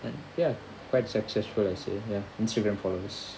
and ya quite successful I see ya instagram followers